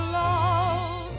love